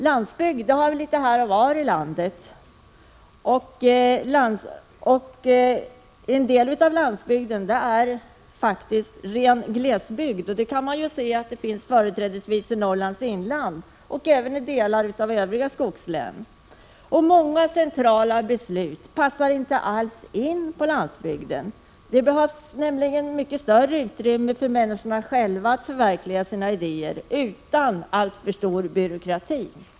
Landsbygd har vi litet här och var i landet, och en del av landsbygden är faktiskt ren glesbygd. Sådan finns företrädesvis i Norrlands inland och i delar av de övriga skogslänen. Många centrala beslut passar inte alls in på landsbygden. Det behövs mycket större utrymme för människorna själva att förverkliga sina idéer utan för stor byråkrati.